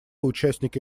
участники